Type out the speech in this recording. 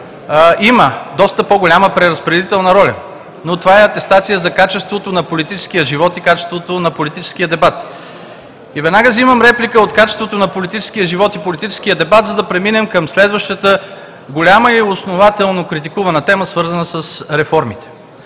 има доста по-голяма преразпределителна роля, но това е атестация за качеството на политическия живот и качеството на политическия дебат. Веднага взимам реплика от качеството на политическия живот и политическия дебат, за да преминем към следващата голяма и основателно критикувана тема, свързана с реформите.